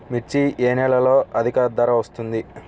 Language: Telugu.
మిర్చి ఏ నెలలో అధిక ధర వస్తుంది?